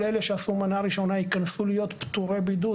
אלה שעשו מנה ראשונה ייכנסו להיות פטורי בידוד,